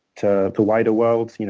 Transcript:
to the wider world. you know